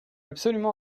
absolument